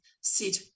sit